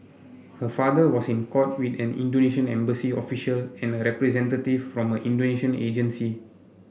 her father was in court with an Indonesian embassy official and a representative from her Indonesian agency